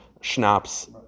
schnapps